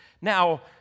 Now